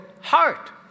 heart